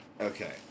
Okay